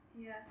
Yes